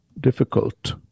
difficult